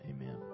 Amen